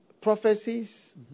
prophecies